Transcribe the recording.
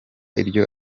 iryo